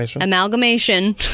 amalgamation